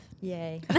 Yay